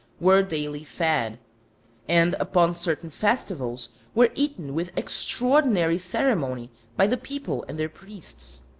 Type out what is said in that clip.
were daily fed and upon certain festivals were eaten with extraordinary ceremony by the people and their priests.